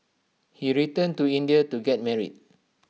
he returned to India to get married